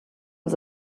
els